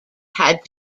had